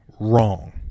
wrong